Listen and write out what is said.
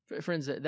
Friends